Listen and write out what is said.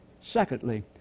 Secondly